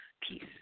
peace